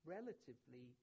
relatively